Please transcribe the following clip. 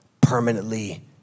permanently